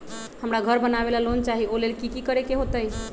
हमरा घर बनाबे ला लोन चाहि ओ लेल की की करे के होतई?